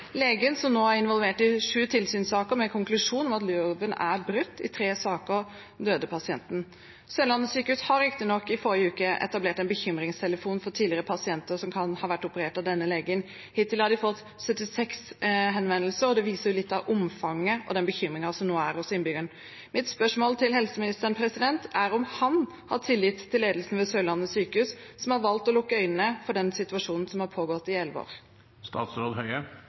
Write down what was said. Legen er nå involvert i sju tilsynssaker, med konklusjon om at loven er brutt. I tre saker døde pasienten. Sørlandet sykehus har riktignok i forrige uke etablert en bekymringstelefon for tidligere pasienter som kan ha vært operert av denne legen. Hittil har de fått 76 henvendelser, og det viser litt av omfanget og den bekymringen som nå er hos innbyggerne. Mitt spørsmål til helseministeren er om han har tillit til ledelsen ved Sørlandet sykehus, som har valgt å lukke øynene for den situasjonen som har pågått i